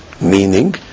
Meaning